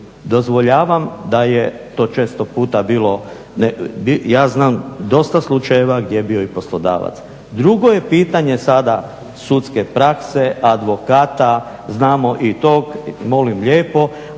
Dozvoljavam da je to često puta bilo, ja znam dosta slučajeva gdje je bio i poslodavac. Drugo je pitanje sada sudske prakse, advokata, znamo i tok, molim lijepo,